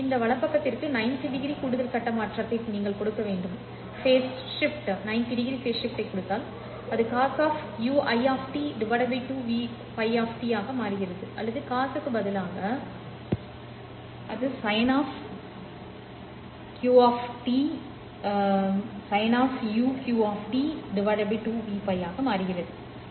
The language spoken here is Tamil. இந்த வலப்பக்கத்திற்கு 90 டிகிரி கூடுதல் கட்ட மாற்றத்தை நீங்கள் கொடுக்க வேண்டும் இதனால் அது cos ui 2Vπ ஆக மாறுகிறது அல்லது cos க்கு பதிலாக அது பாவம் πuq 2Vπ ஆக மாறுகிறது